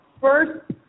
first